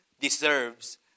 deserves